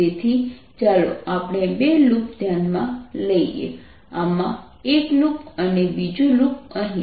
તેથી ચાલો આપણે બે લૂપ ધ્યાનમાં લઈએ આમાં એક લૂપ અને બીજું લૂપ અહીં